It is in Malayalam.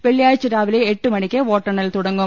വെള്ളിയാഴ്ച രാവിലെ എട്ടുമണിക്ക് വോട്ടെണ്ണൽ തുട ങ്ങും